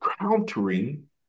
countering